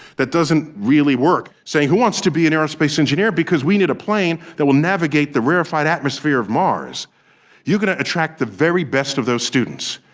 that doesn't really work. saying who wants to be an aerospace engineer because we need a plane that can navigate the rarified atmosphere of mars you're going to attract the very best of those students.